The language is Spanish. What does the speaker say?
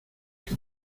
que